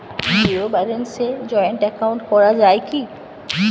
Zero ব্যালেন্সে joint account করা য়ায় কি?